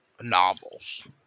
novels